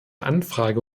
anfrage